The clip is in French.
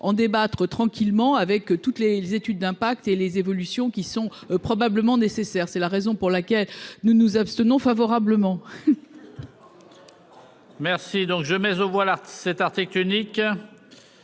en débattre tranquillement avec toutes les études d'impact et les évolutions qui sont probablement nécessaires. C'est la raison pour laquelle nous nous abstenons favorablement. Merci donc je mais au voilà cet article unique.